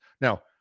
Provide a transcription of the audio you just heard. Now